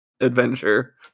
Adventure